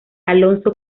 alonso